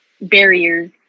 barriers